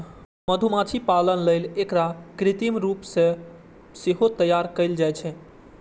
मधुमाछी पालन लेल एकरा कृत्रिम रूप सं सेहो तैयार कैल जाइ छै